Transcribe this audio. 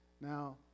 Now